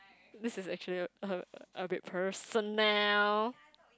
this is actually a a bit personal